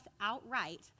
outright